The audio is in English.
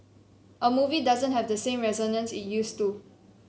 a movie doesn't have the same resonance it used to